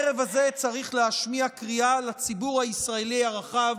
הערב הזה צריך להשמיע קריאה לציבור הישראלי הרחב,